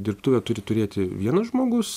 dirbtuvę turi turėti vienas žmogus